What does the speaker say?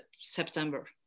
September